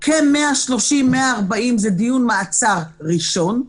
כ-140-130 זה דיון מעצר ראשון,